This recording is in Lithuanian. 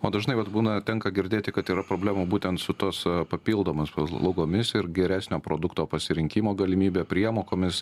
o dažnai vat būna tenka girdėti kad yra problemų būtent su tos papildomos paslaugomis ir geresnio produkto pasirinkimo galimybe priemokomis